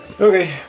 Okay